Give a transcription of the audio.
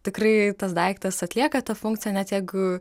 tikrai tas daiktas atlieka tą funkciją net jeigu